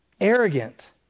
Arrogant